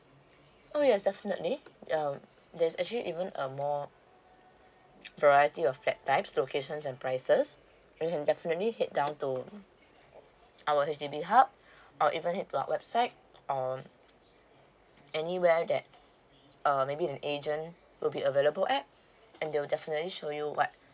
oh yes definitely um there's actually even a more variety of flat types locations and prices you can definitely head down to our H_D_B hub or even head to our website or anywhere that uh maybe an agent will be available at and they'll definitely show you what